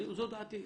זו דעתי.